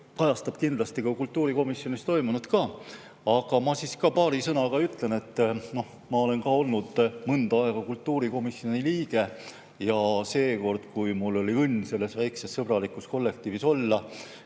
kultuurikomisjoni esimees kajastab kindlasti kultuurikomisjonis toimunut. Aga ma paari sõnaga ütlen, et ma olen olnud mõnda aega kultuurikomisjoni liige ja seekord, kui mul oli õnn selles väikeses sõbralikus kollektiivis olla,